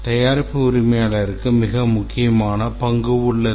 தயாரிப்பு உரிமையாளருக்கு மிக முக்கியமான பங்கு உள்ளது